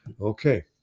Okay